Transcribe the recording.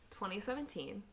2017